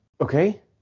Okay